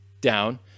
down